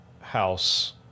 house